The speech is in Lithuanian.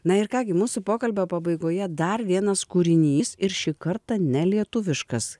na ir ką gi mūsų pokalbio pabaigoje dar vienas kūrinys ir šį kartą nelietuviškas